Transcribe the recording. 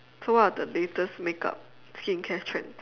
so what are the latest makeup skincare trends